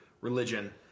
religion